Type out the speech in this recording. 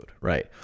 right